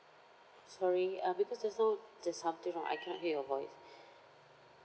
sorry uh because just now there's something wrong I cannot hear your voice